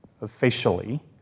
officially